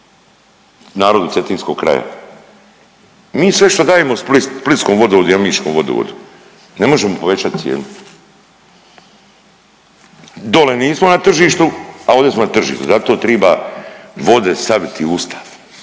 narodu cetinskog kraja. Mi sve što dajemo splitskom vodovodu i omiškom vodovodu ne možemo povećat cijenu, dole nismo na tržištu, a ovdje smo na tržištu, zato triba vode staviti u ustav,